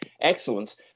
excellence